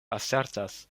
asertas